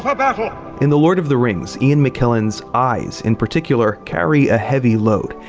ah but in the lord of the rings, ian mckellen's eyes, in particular, carry a heavy load.